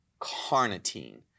carnitine